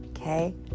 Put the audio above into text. Okay